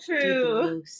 true